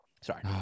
Sorry